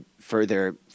further